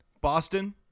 Boston